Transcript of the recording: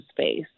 space